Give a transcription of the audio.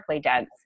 dense